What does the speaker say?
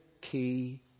key